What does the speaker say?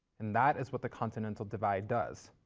and that is what the continental divide does.